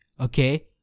okay